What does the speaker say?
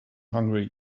hungry